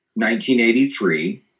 1983